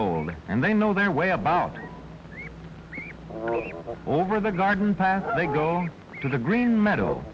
old and they know their way about over the garden past they go to the green meadow